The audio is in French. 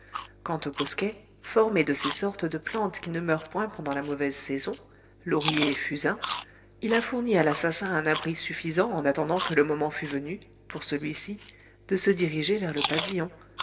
quant au bosquet formé de ces sortes de plantes qui ne meurent point pendant la mauvaise saison lauriers et fusains il a fourni à l'assassin un abri suffisant en attendant que le moment fût venu pour celui-ci de se diriger vers le pavillon